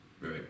Right